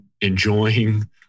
enjoying